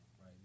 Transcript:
right